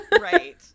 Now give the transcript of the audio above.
Right